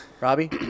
Robbie